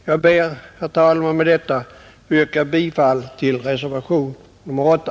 Jag ber med detta, herr talman, att få yrka bifall till reservationen 8.